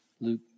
Luke